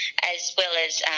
as well as